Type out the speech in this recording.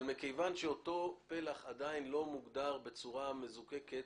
אבל מכיוון שאותו פלח עדיין לא מוגדר בצורה מזוקקת,